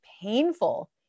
painful